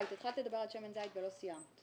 התחלת לדבר על שמן זית ולא סיימת.